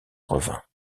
revint